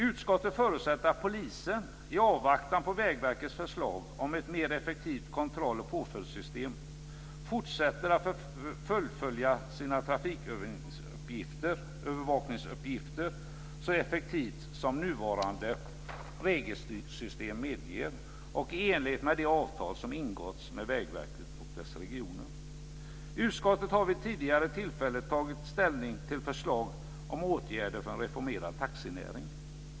Utskottet förutsätter att polisen i avvaktan på Vägverkets förslag om ett mer effektivt kontroll och påföljdssystem fortsätter att fullfölja sina trafikövervakningsuppgifter så effektivt som nuvarande regelsystem medger och i enlighet med det avtal som ingåtts med Vägverket och dess regioner. Utskottet har vid tidigare tillfällen tagit ställning till förslag om åtgärder för en reformerad taxinäring.